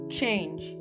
change